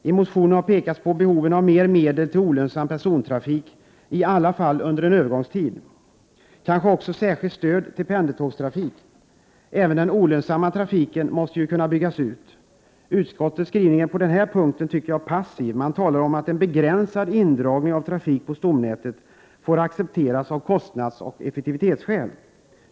I motionen har pekats på behoven av Det finns kanske också behov av särskilt stöd till pendeltågstrafik. Även den olönsamma trafiken måste ju kunna byggas ut. Jag anser att utskottets skrivning på den här punkten är passiv. Man talar om att en begränsad indragning av trafik på stomnätet får accepteras av kostnadsoch effektivitetsskäl.